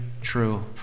true